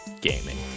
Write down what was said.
gaming